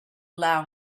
allow